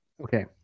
Okay